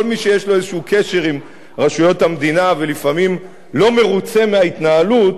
כל מי שיש לו איזה קשר עם רשויות המדינה ולפעמים לא מרוצה מההתנהלות.